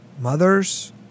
mothers